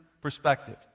perspective